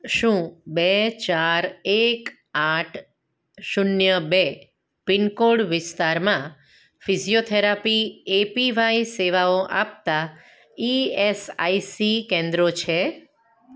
શું બે ચાર એક આઠ શૂન્ય બે પિનકોડ વિસ્તારમાં ફિઝીયોથેરાપી એ પી વાય સેવાઓ આપતાં ઇ એસ આઇ સી કેન્દ્રો છે